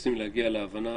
כשמנסים להגיע להבנה